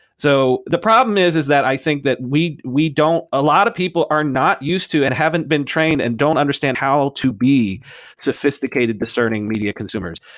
so the problem is is that i think that we we don't a lot of people are not used to and haven't been trained and don't understand how to be sophisticated discerning media consumers.